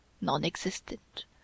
non-existent